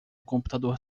computador